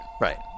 right